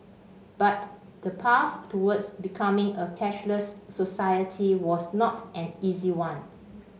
but the path towards becoming a cashless society was not an easy one